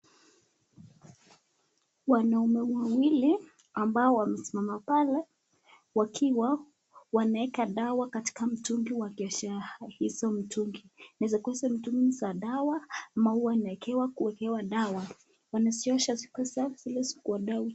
Wanaume wawili ambao wamesimama pale, wakiwa wanaeka dawa katika mtungi wa biashara hizo mitungi. Na kwa hizo mitungi ni za dawa ambayo wanaekewa kuekewa dawa. Wanaziosha zikuwe safi zile ziko ndani.